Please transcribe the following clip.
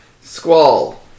Squall